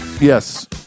yes